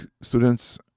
students